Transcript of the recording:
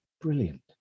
brilliant